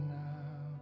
now